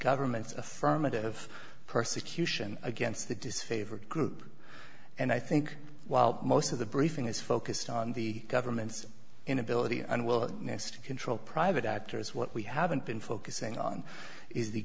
government's affirmative persecution against the disfavored group and i think while most of the briefing is focused on the government's inability or unwillingness to control private actors what we haven't been focusing on is the